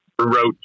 wrote